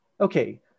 Okay